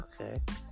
Okay